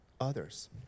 others